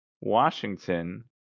Washington